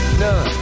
none